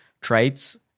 traits